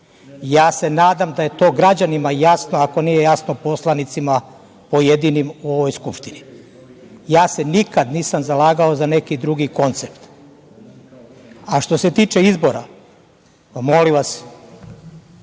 Nadam se da je to građanima jasno, ako nije jasno poslanicima pojedinim u ovoj Skupštini. Nikad se nisam zalagao za neki drugi koncept. Što se tiče izbora, molim vas,